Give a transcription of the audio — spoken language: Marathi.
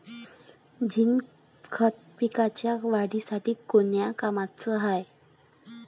झिंक खत पिकाच्या वाढीसाठी कोन्या कामाचं हाये?